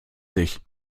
sich